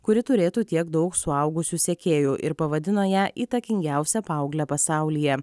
kuri turėtų tiek daug suaugusių sekėjų ir pavadino ją įtakingiausia paaugle pasaulyje